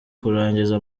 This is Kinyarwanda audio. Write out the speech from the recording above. kurangiza